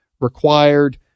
required